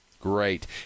great